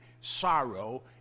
sorrow